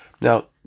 Now